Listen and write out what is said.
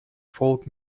folk